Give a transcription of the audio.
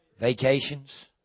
Vacations